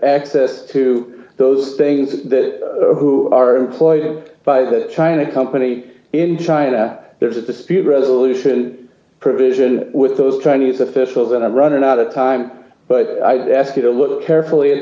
access to those things that who are employed by that china company in china there's a dispute resolution provision with those chinese officials that are running out of time but i had ask you to look carefully at